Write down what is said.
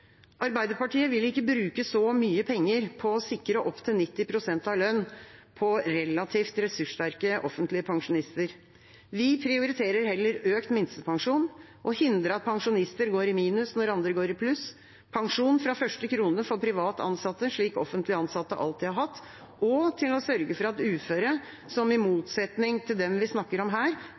Arbeiderpartiet vil ikke bruke så mye penger på å sikre opptil 90 pst. av lønn til relativt ressurssterke offentlige pensjonister. Vi prioriterer heller økt minstepensjon å hindre at pensjonister går i minus når andre går i pluss pensjon fra første krone for privat ansatte, slik offentlig ansatte alltid har hatt å sørge for at uføre, som i motsetning til dem vi snakker om her,